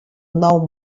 nou